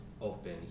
open